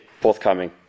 forthcoming